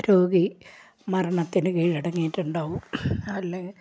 രോഗി മരണത്തിന് കീഴടങ്ങിയിട്ടുണ്ടാവും അല്ലെങ്കിൽ